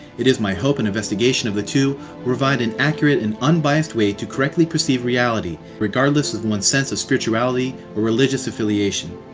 it is my hope an investigation of the two will provide an accurate and unbiased way to correctly perceive reality, regardless of one's sense of spirituality or religious affiliation.